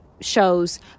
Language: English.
shows